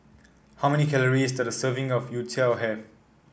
how many calories does a serving of Youtiao have